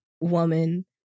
woman